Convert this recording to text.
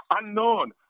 Unknown